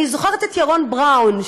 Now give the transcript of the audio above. אני זוכרת את ירון בראון,